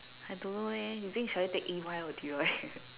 I don't know leh you think should I take E_Y or Deloitte